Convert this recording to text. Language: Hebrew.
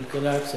כלכלה, כספים.